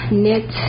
knit